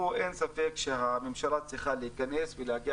אין ספק שהממשלה צריכה להיכנס פה ולהגיע